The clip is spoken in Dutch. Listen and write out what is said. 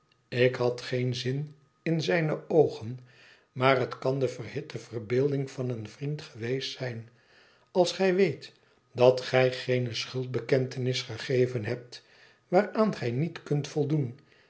ik had een zin in zijne oogen maar het kan de verhitte verbeelding van een vnend geweest zijn als gij weet dat gij geene schuldbekentenis gegeven hebt waaraan gij niet kunt voldoen